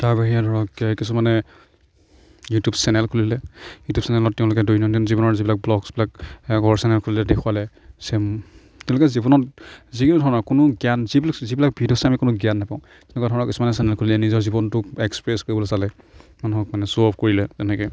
তাৰ বাহিৰে ধৰক কিছুমানে ইউটিউব চেনেল খুলিলে ইউটিউব চেনেলত তেওঁলোকে দৈনন্দিন জীৱনৰ যিবিলাক ব্লগছবিলাক আগৰ চেনেল খুলিলে দেখুৱালে তেওঁলোকে জীৱনত যি ধৰণৰ কোনো জ্ঞান যিবিলাক ইউটিউব চেনেলত কোনো জ্ঞান নাপাওঁ তেনেকুৱা ধৰণৰ কিছুমান চেনেল খুলিলে নিজৰ জীৱনটোক এক্সপ্ৰেছ কৰিবলৈ চালে মানুহক মানে শ্ব'অফ কৰিলে তেনেকৈ